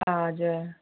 हजुर